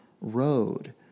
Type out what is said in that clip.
road